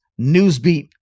Newsbeat